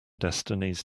destinies